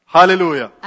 Hallelujah